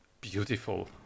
beautiful